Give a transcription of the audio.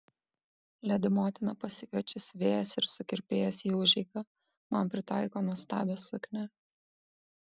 ledi motina pasikviečia siuvėjas ir sukirpėjas į užeigą man pritaiko nuostabią suknią